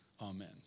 Amen